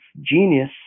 genius